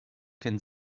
can